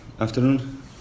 Afternoon